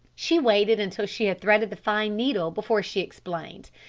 she waited until she had threaded the fine needle before she explained.